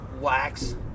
wax